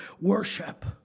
worship